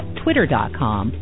twitter.com